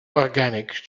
organic